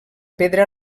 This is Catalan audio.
pedra